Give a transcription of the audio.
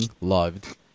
loved